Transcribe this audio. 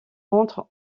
rentrent